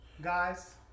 Guys